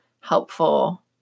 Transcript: helpful